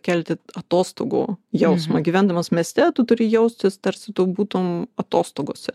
kelti atostogų jausmą gyvendamas mieste tu turi jaustis tarsi tu būtum atostogose